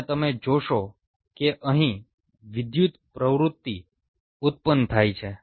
અને તમે જોશો કે અહીં વિદ્યુત પ્રવૃત્તિ ઉત્પન્ન થાય છે